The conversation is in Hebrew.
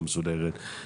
לא מסודרת,